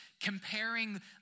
comparing